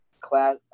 class